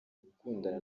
ukundana